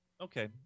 okay